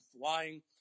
flying